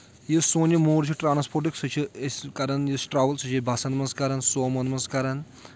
یُس سون یہِ موڈ چھُ ٹرٛانَسپوٹُک سُہ چھُ أسۍ کران یُس ٹرٛاوٕل سُہ چھُ بَسَن منٛز کران سومووَن منٛز کران